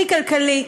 הכי כלכלי,